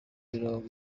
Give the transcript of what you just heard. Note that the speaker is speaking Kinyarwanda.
mirongo